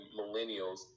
millennials